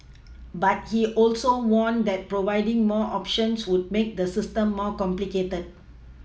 but he also warned that providing more options would make the system more complicated